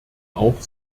auch